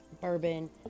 bourbon